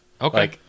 Okay